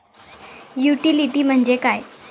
Utility म्हणजे काय?